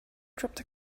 dropped